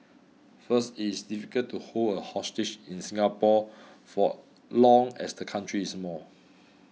first it is difficult to hold a hostage in Singapore for long as the country is small